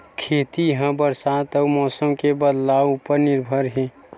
खेती हा बरसा अउ मौसम के बदलाव उपर निर्भर हे